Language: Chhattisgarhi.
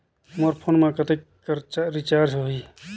मोर फोन मा कतेक कर रिचार्ज हो ही?